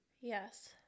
Yes